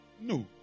No